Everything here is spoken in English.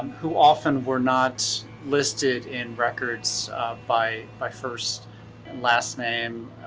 who often were not listed in records by by first and last name,